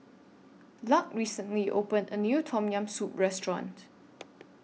Luc recently opened A New Tom Yam Soup Restaurant